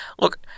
look